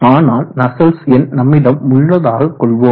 ஆனால் நஸ்சல்ட்ஸ் எண் நம்மிடம் உள்ளதாக கொள்வோம்